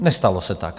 Nestalo se tak.